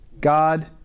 God